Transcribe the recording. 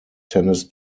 tennis